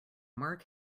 mark